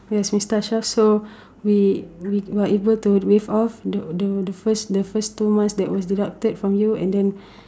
yes sister Ashraf so we we we're able to waive off the the the first the first two months that was deducted from you and then